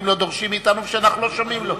לא דורשים מאתנו ושאנחנו לא שומעים לו.